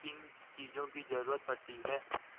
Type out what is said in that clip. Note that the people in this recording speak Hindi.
किन चीज़ों की जरूरत पड़ती है?